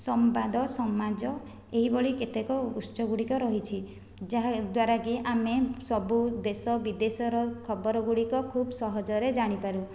ସମ୍ବାଦ ସମାଜ ଏହିଭଳି କେତକ ଉତ୍ସ୍ୟ ଗୁଡ଼ିକ ରହିଛି ଯାହାଦ୍ୱାରା କି ଆମେ ସବୁ ଦେଶ ବିଦେଶର ଖବର ଗୁଡ଼ିକ ଖୁବ୍ ସହଜରେ ଜାଣିପାରୁ